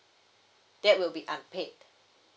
that will be unpaid